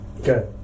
Okay